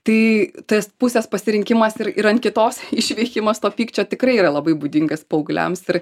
tai tas pusės pasirinkimas ir ir ant kitos išveikimas to pykčio tikrai yra labai būdingas paaugliams ir